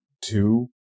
two